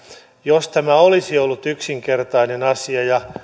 jos tämä olisi ollut yksinkertainen asia ja